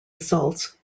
results